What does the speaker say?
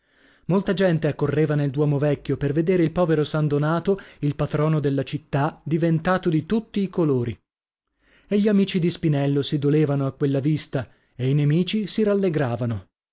molta gente accorreva nel duomo vecchio per vedere il povero san donato il patrono della città diventato di tutti i colori e gli amici di spinello si dolevano a quella vista e i nemici si rallegravano